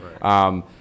Right